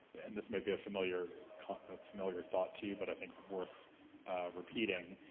and this may be a familiar kind of familiar thought to you, but i think worth repeating,